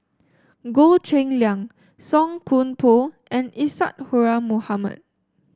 Goh Cheng Liang Song Koon Poh and Isadhora Mohamed